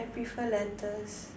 I prefer letters